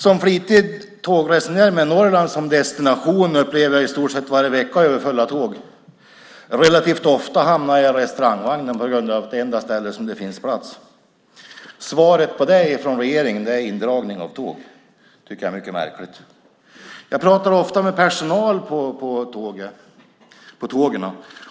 Som flitig tågresenär med Norrland som destination upplever jag i stort sett varje vecka överfulla tåg. Relativt ofta hamnar jag i restaurangvagnen därför att det är enda stället där det finns plats. Men svaret från regeringen i det avseendet är indragning av tåg. Det tycker jag är mycket märkligt. Jag pratar ofta med personalen på tågen.